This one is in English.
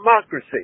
democracy